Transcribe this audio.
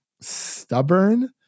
stubborn